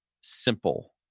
simple